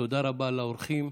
תודה רבה לאורחים,